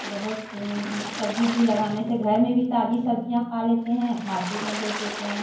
बहुत सब्ज़ी उब्ज़ी लगाने से घर में भी ताज़ी सब्ज़ियाँ खा लेते हैं मार्किट में बेच देते हैं